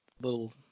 little